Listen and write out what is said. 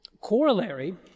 corollary